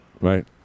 right